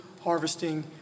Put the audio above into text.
harvesting